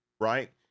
right